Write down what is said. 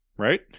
Right